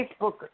Facebook